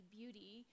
beauty